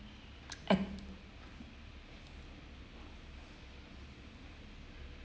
ac~